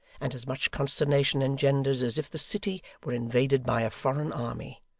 and as much consternation engendered, as if the city were invaded by a foreign army.